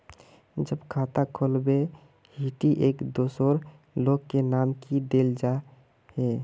जब खाता खोलबे ही टी एक दोसर लोग के नाम की देल जाए है?